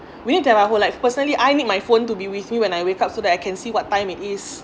we need to have our phone like personally I need my phone to be with me when I wake up so that I can see what time it is